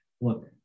look